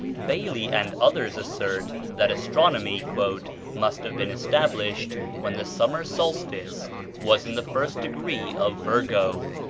bailly and others assert that astronomy must have been established when the summer solstice was in the first degree of virgo,